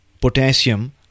potassium